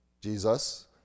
Jesus